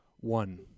One